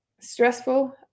stressful